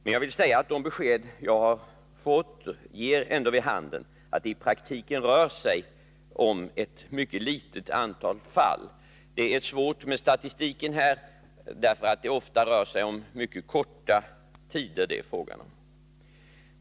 De besked som jag har fått ger ändå vid handen att det i praktiken rör sig om ett mycket litet antal fall. Det är svårt med statistiken, därför att det ofta rör sig om korta tider.